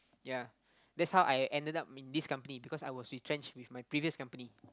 ya that's how I ended up in this company because I was retrenched with my previous company